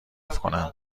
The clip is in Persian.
کنم